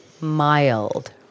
mild